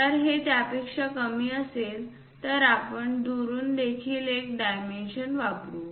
जर हे त्यापेक्षा कमी असेल तर आपण दुरून आणखी एक डायमेन्शन वापरू